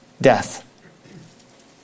death